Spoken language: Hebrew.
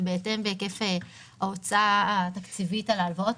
ובהתאם בהיקף ההוצאה התקציבית על ההלוואות